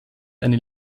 eine